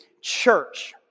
church